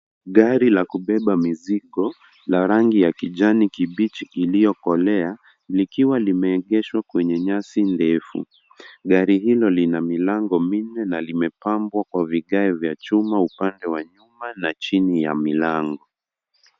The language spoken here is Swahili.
Gari la kubeba mizigo la rangi ya kijani kibichi iliyokolea, likiwa limeegeshwa kwenye nyasi ndefu. Gari hilo lina milango minne na limepambwa kwa vigae vya chuma upande wa nyuma na chini ya milango.